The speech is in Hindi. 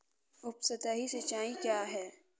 उपसतही सिंचाई क्या है?